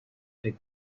big